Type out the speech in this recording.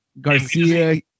Garcia